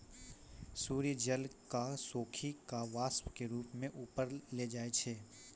सूर्य जल क सोखी कॅ वाष्प के रूप म ऊपर ले जाय छै